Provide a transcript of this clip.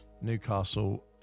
Newcastle